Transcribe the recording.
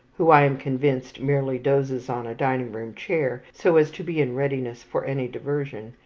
who, i am convinced, merely dozes on a dining-room chair, so as to be in readiness for any diversion,